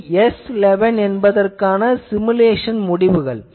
இது S11 என்பதற்கு simulation முடிவுகள்